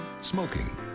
Smoking